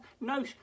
no